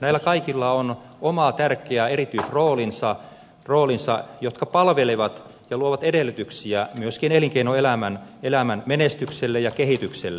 näillä kaikilla on oma tärkeä erityisroolinsa joka palvelee ja luo edellytyksiä myöskin elinkeinoelämän menestykselle ja kehitykselle